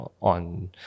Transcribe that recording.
on